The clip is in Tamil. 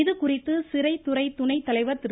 இது குறித்து சிறைத்துறை துணைத்தலைவர் திரு